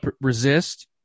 resist